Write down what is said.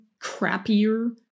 crappier